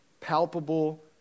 palpable